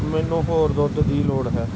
ਮੈਨੂੰ ਹੋਰ ਦੁੱਧ ਦੀ ਲੋੜ ਹੈ